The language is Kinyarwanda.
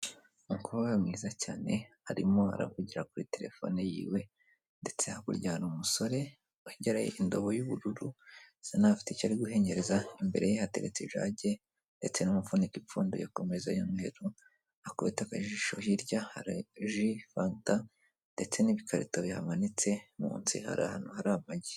Umukobwa mwiza cyane arimo aravugira kuri telefone y'iwe, ndetse hakurya hari umusore wegereye indobo y'ubururu usa n'aho afite icyo ari guhengereza, imbere ye hateretse ijage ndetse n'umufuniko ipfunduye ku meza y'umweru, wakubita akajisho hirya hari ji, fanta, ndetse n'ibikarito bihamanitse munsi hari ahantu hari amagi.